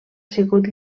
sigut